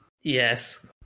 Yes